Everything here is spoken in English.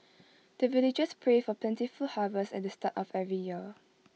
the villagers pray for plentiful harvest at the start of every year